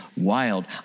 wild